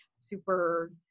super